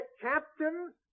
captain